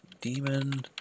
Demon